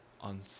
on